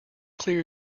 clear